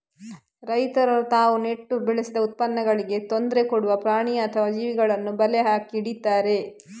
ರೈತರು ತಾವು ನೆಟ್ಟು ಬೆಳೆಸಿದ ಉತ್ಪನ್ನಗಳಿಗೆ ತೊಂದ್ರೆ ಕೊಡುವ ಪ್ರಾಣಿ ಅಥವಾ ಜೀವಿಗಳನ್ನ ಬಲೆ ಹಾಕಿ ಹಿಡೀತಾರೆ